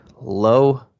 low